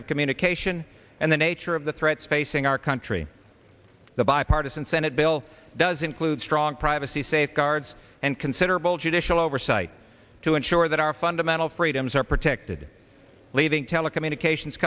of communication and the nature of the threats facing our country the bipartisan senate bill does include strong privacy safeguards and considerable judicial oversight to ensure that our fundamental freedoms are protected leaving telecommunications